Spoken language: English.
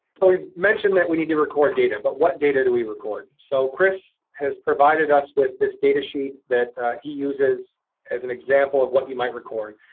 but we mentioned that we need to record data, but what data do we record? so kris has provided us with this data sheet that he uses as an example of what you might record.